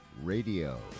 Radio